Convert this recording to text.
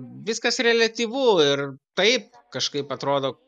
viskas reliatyvu ir taip kažkaip atrodo